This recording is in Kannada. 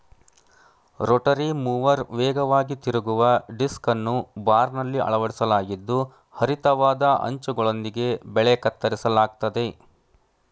ರೋಟರಿ ಮೂವರ್ ವೇಗವಾಗಿ ತಿರುಗುವ ಡಿಸ್ಕನ್ನು ಬಾರ್ನಲ್ಲಿ ಅಳವಡಿಸಲಾಗಿದ್ದು ಹರಿತವಾದ ಅಂಚುಗಳೊಂದಿಗೆ ಬೆಳೆ ಕತ್ತರಿಸಲಾಗ್ತದೆ